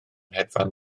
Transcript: hedfan